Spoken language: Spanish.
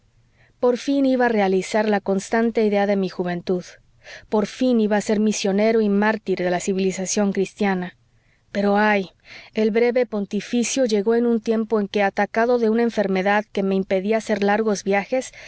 por fin iba a realizar la constante idea de mí juventud por fin iba a ser misionero y mártir de la civilización cristiana pero ay el breve pontificio llegó en un tiempo en que atacado de una enfermedad que me impedía hacer largos viajes